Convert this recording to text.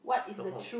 dot com